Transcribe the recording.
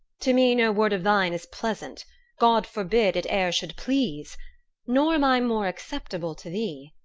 to me no word of thine is pleasant god forbid it e'er should please nor am i more acceptable to thee.